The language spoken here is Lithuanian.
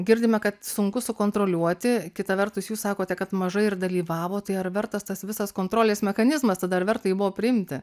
girdime kad sunku sukontroliuoti kita vertus jūs sakote kad mažai ir dalyvavo tai ar vertas tas visas kontrolės mechanizmas tada ar verta jį buvo priimti